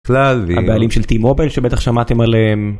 ‫הבעלים של טי-מובייל שבטח שמעתם עליהם.